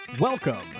Welcome